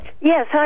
Yes